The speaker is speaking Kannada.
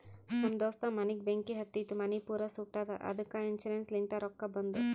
ನಮ್ ದೋಸ್ತ ಮನಿಗ್ ಬೆಂಕಿ ಹತ್ತಿತು ಮನಿ ಪೂರಾ ಸುಟ್ಟದ ಅದ್ದುಕ ಇನ್ಸೂರೆನ್ಸ್ ಲಿಂತ್ ರೊಕ್ಕಾ ಬಂದು